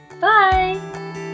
Bye